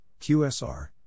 QSR